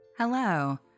Hello